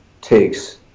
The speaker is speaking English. takes